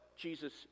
Jesus